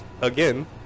again